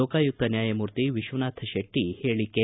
ಲೋಕಾಯುಕ್ತ ನ್ಯಾಯಮೂರ್ತಿ ವಿಶ್ವನಾಥ ಶೆಟ್ಟ ಹೇಳಕೆ